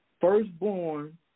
Firstborn